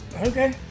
Okay